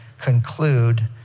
conclude